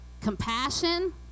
compassion